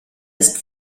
ist